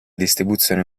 distribuzione